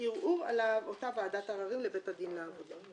ערעור על אותה ועדת עררים לבית הדין לעבודה.